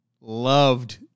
loved